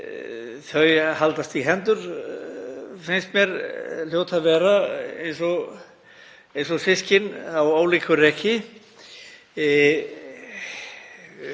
Þau haldast í hendur, finnst mér hljóta að vera, eins og systkin á ólíku reki.